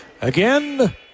Again